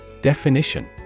Definition